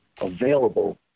available